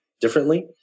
differently